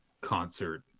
concert